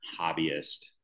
hobbyist